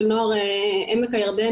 של נוער עמק הירדן,